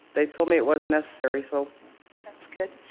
they told me it wasn't necessary. so that's good.